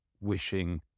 wishing